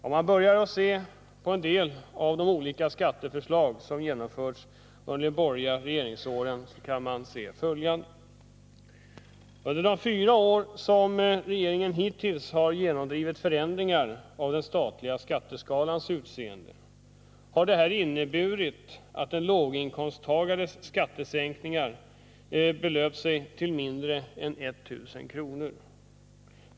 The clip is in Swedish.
Om man börjar med att se på en del av de olika skatteförslag som genomförts under de borgerliga regeringsåren, finner man följande. Under de fyra år som regeringen hittills har genomdrivit förändringar av den statliga skatteskalans utseende har en låginkomsttagares skattesänkningar belöpt sig till mindre än 1000 kr.